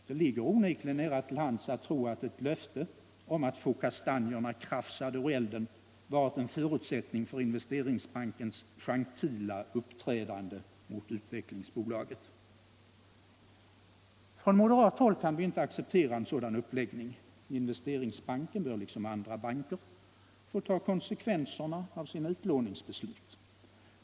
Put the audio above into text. Det ligger nära till hands att tro att ett löfte om att få kastanjerna krafsade ur elden varit en förutsättning för Investeringsbankens gentila uppträdande mot Utvecklingsaktiebolaget. Från moderat håll kan vi inte acceptera en sådan uppläggning. Investeringsbanken bör liksom andra banker få ta konsekvenserna av sina utlåningsbeslut.